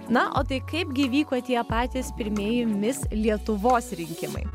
na o tai kaipgi vyko tie patys pirmieji mis lietuvos rinkimai